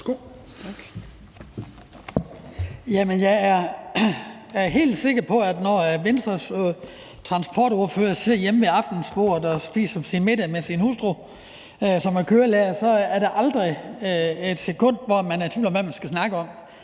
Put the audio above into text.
Jeg er helt sikker på, at når Venstres transportordfører sidder hjemme ved aftensbordet og spiser sin middag med sin hustru, som er kørelærer, så er der aldrig et sekund, hvor man er i tvivl om, hvad man skal snakke om.